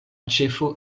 ĉefo